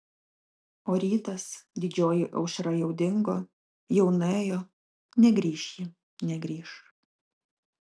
o rytas didžioji aušra jau dingo jau nuėjo negrįš ji negrįš